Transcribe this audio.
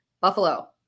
Buffalo